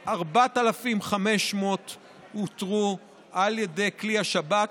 4,500 אותרו על ידי כלי השב"כ,